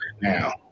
Now